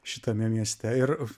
šitame mieste ir